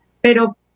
pero